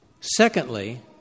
secondly